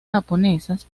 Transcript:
japonesas